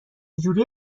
جوری